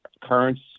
currents